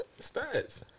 Stats